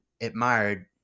admired